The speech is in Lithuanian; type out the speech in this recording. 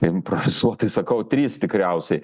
improvizuotai sakau trys tikriausiai